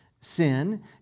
Sin